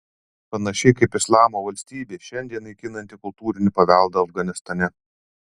panašiai kaip islamo valstybė šiandien naikinanti kultūrinį paveldą afganistane